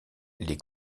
les